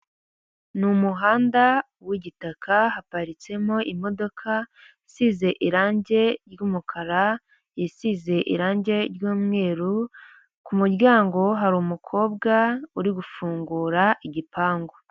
Ni umuhanda w'igitaka haparitsemo imodoka isize irangi ry'umukara, isize irangi ry'umweru ku muryango hari umukobwa uri gufungura igipangu.